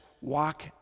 walk